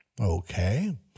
Okay